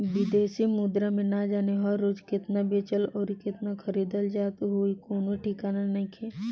बिदेशी मुद्रा बाजार में ना जाने हर रोज़ केतना बेचल अउरी खरीदल जात होइ कवनो ठिकाना नइखे